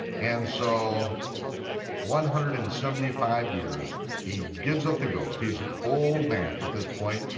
and so one hundred and seventy five years, he gives up the ghost, he's an old man at this point,